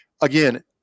again